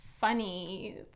funny